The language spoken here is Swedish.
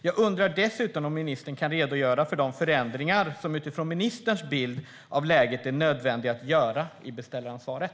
Jag undrar dessutom om ministern kan redogöra för de förändringar som utifrån ministerns bild av läget är nödvändiga att göra i beställaransvaret.